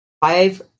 five